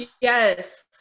yes